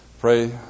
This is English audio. pray